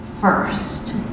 first